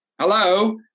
hello